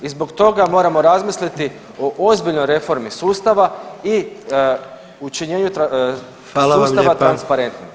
I zbog toga moramo razmisliti o ozbiljnoj reformi sustava i učinjenju sustava transparentnim.